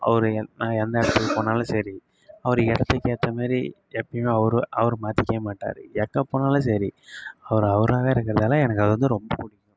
அவரு எந்த இடத்துக்கு போனாலும் சரி அவரு இடத்துக்கு ஏற்ற மாரி எப்பயும் அவரு அவரு மாற்றிக்கவே மாட்டார் எங்க போனாலும் சரி அவரு அவராவே இருக்கிறதால எனக்கு அது வந்து ரொம்ப பிடிக்கும்